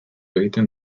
egiten